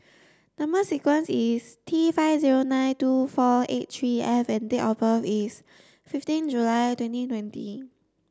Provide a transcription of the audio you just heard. number sequence is T five zero nine two four eight three F and date of birth is fifteen July twenty twenty